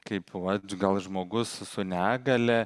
kaip vat gal žmogus su negalia